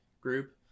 group